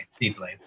deeply